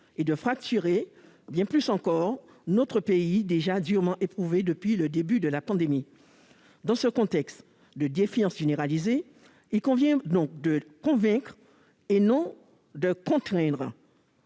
et de fracturer bien plus encore notre pays déjà durement éprouvé depuis le début de la pandémie. Dans ce contexte de défiance généralisée, il convient de convaincre et non de contraindre.